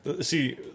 See